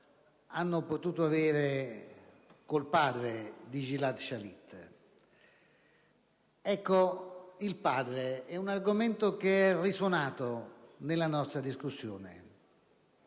hanno potuto avere con il padre di Gilad Shalit. Ecco, quello del padre è un argomento risuonato nella nostra discussione.